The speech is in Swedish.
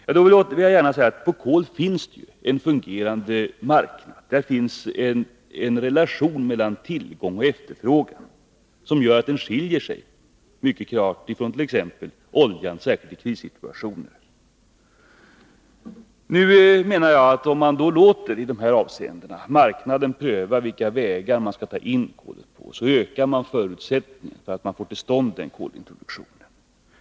Ja, för kolet finns det ju en fungerande marknad — en relation mellan tillgång och efterfrågan — som gör att kolet skiljer sig klart från t.ex. oljan. Jag menar, att om man låter marknaden själv söka vägar att ta in kol, ökar man förutsättningarna för att få till stånd den av riksdagen önskade kolintroduktionen.